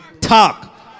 talk